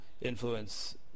influence